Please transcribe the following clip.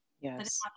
yes